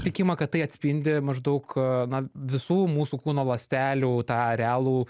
tikima kad tai atspindi maždaug na visų mūsų kūno ląstelių tą realų